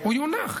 הוא יונח?